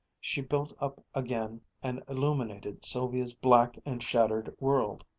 she built up again and illuminated sylvia's black and shattered world.